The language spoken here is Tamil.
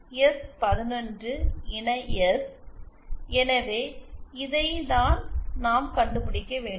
எஸ் 11 இணை எஸ் எனவே இதை தான் நாம் கண்டுபிடிக்க வேண்டும்